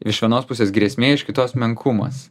iš vienos pusės grėsmė iš kitos menkumas